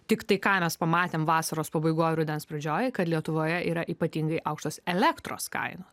tiktai ką mes pamatėm vasaros pabaigoj rudens pradžioj kad lietuvoje yra ypatingai aukštos elektros kainos